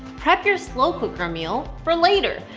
prep your slow cooker meal for later.